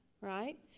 right